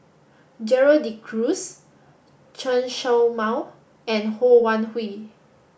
Gerald De Cruz Chen Show Mao and Ho Wan Hui